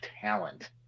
talent